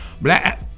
black